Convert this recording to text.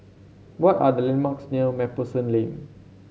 what are the landmarks near MacPherson Lane